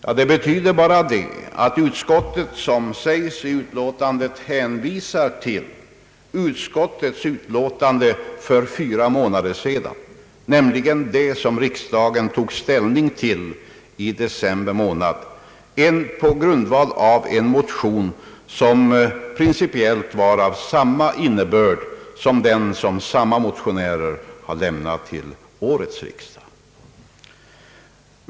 Ja, det betyder bara att utskottet, som det framhålls i utlåtandet, hänvisar till sitt utlåtande för fyra månader sedan, som riksdagen tog ställ ning till i december månad 1968 efter en motion av principiellt samma innebörd som den samma motionärer lämnat till årets riksdag.